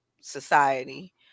society